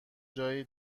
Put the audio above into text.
جایی